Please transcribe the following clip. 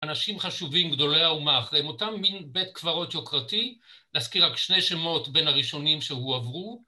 ‫אנשים חשובים גדולי האומה אחריהם, ‫אותם מין בית קברות יוקרתי, ‫להזכיר רק שני שמות ‫בין הראשונים שהועברו.